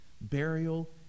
burial